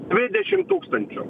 dvidešim tūkstančių